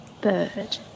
bird